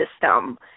system